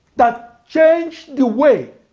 that changed the way